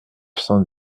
cent